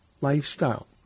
lifestyle